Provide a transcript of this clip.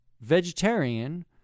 vegetarian